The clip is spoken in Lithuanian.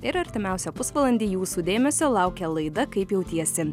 ir artimiausią pusvalandį jūsų dėmesio laukia laida kaip jautiesi